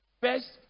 First